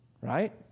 right